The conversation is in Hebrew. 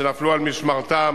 שנפלו על משמרתם,